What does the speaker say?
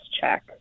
check